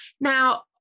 Now